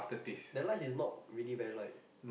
the lights is not really very light